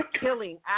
killing